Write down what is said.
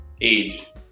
age